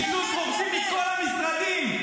קיצוץ רוחבי מכל המשרדים.